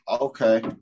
Okay